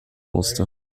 musste